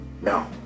no